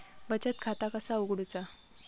बचत खाता कसा उघडूचा?